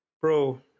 Bro